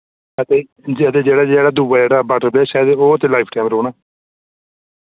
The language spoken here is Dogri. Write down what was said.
हां ते जे ते जेह्ड़ा जेह्ड़ा दूआ जेह्ड़ा बाटल ब्रश ऐ ते ओह् ते लाइफटाइम रौह्ना